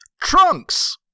Trunks